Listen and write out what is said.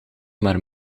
maar